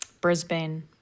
Brisbane